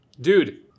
dude